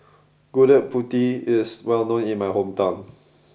Gudeg Putih is well known in my hometown